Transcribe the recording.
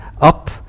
up